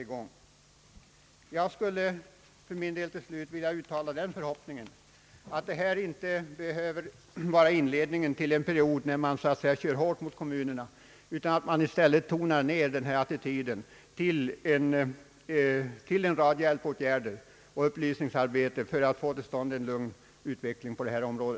Till slut skulle jag för min del vilja uttala den förhoppningen att det här inte skall vara inledningen till en period där man »kör hårt» med kommunerna, utan att man i stället tonar ned attityden till att avse en rad hjälpåtgärder och upplysningsarbete för att få till stånd en lugn utveckling på detta område.